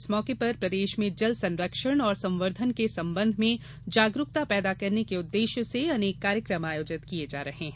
इस मौके पर प्रदेश में जल संरक्षण और संर्वधन के संबंध में जागरूकता पैदा करने के उद्वेश्य से अनेक कार्यक्रम आयोजित किये जा रहे हैं